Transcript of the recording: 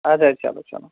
اَدٕ حظ چَلو چَلو